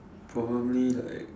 probably like